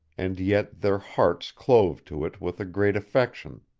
and yet their hearts clove to it with a great affection.